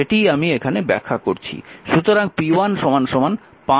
সেটিই আমি এখানে ব্যাখ্যা করছি